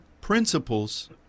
principles